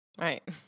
Right